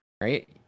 right